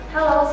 Hello